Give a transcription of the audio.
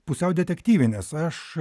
pusiau detektyvinis aš